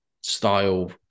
style